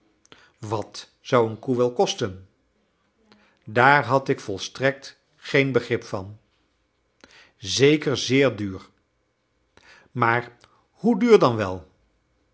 wat zou een koe wel kosten daar had ik volstrekt geen begrip van zeker zeer duur maar hoe duur dan wel